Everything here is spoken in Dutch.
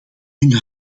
hun